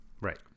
Right